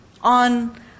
on